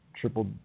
triple